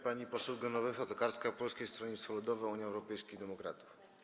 Pani poseł Genowefa Tokarska, Polskie Stronnictwo Ludowe - Unia Europejskich Demokratów.